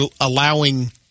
allowing